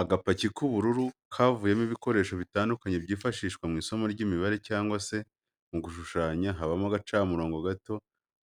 Agapaki k'ubururu kavuyemo ibikoresho bitandukanye byifashishwa mw'isomo ry'imibare cyangwa se mu gushushanya habamo agacamurobo gato,